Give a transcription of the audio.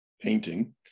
painting